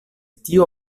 tio